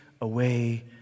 away